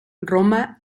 roma